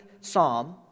Psalm